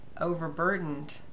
overburdened